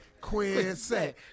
Quincy